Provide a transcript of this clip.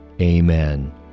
Amen